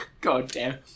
Goddamn